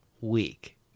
week